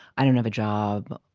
i don't have a job.